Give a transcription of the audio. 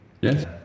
Yes